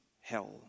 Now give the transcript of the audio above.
hell